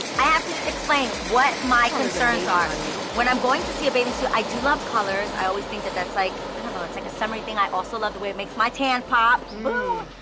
i have to to explain what my concerns are. and when i'm going to see a bathing suit, i do love colors i always think that, that's like, i don't know it's like a summery thing, i also love the way it makes my tan pop, boom.